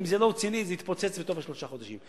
אם זה לא רציני זה יתפוצץ בתוך שלושה חודשים,